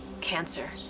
cancer